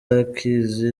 akizi